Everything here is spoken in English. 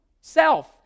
Self